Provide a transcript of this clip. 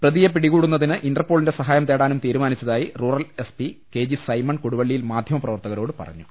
പ്രതിയെ പിടികൂടുന്നതിന് ഇന്റർപോളിന്റെ സഹായം തേടാനും തീരുമാനിച്ചതായി rural S P K G Simon കൊടുവള്ളിയിൽ മാധ്യമപ്രവർത്തകരോട് പറഞ്ഞു